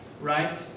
right